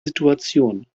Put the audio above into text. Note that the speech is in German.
situation